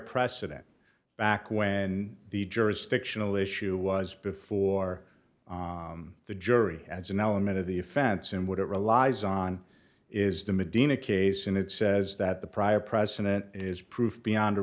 precedent back when the jurisdictional issue was before the jury as an element of the offense in which it relies on is the medina case and it says that the prior president is proof beyond a